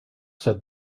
said